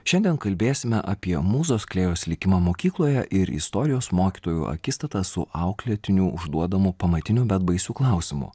šiandien kalbėsime apie mūzos klėjos likimą mokykloje ir istorijos mokytojų akistatą su auklėtinių užduodamu pamatiniu bet baisiu klausimu